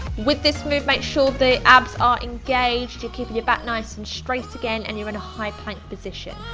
with this move make sure the abs are engaged. you're keeping your back nice and straight again. and you're in a high plank position.